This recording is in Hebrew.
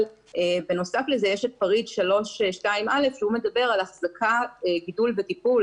אבל בנוסף לזה יש את פריט 3.2.א שמדבר על החזקה גידול וטיפול